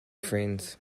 friends